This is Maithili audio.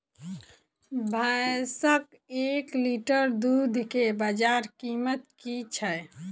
भैंसक एक लीटर दुध केँ बजार कीमत की छै?